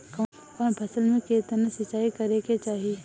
कवन फसल में केतना सिंचाई करेके चाही?